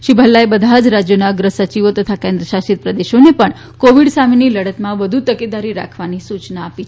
શ્રી ભલ્લાએ બધા જ રાજ્યોના અગ્ર સચિવો તથા કેન્દ્ર શાસિત પ્રદેશોને પણ કોવિડ સામેની લડતમાં વધુ તકેદારી રાખવાની સૂચના આપી છે